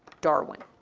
darwin.